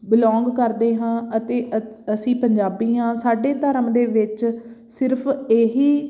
belong ਕਰਦੇ ਹਾਂ ਅਤੇ ਅ ਅਸੀਂ ਪੰਜਾਬੀ ਹਾਂ ਸਾਡੇ ਧਰਮ ਦੇ ਵਿੱਚ ਸਿਰਫ ਇਹੀ